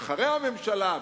אחרי הממשלה,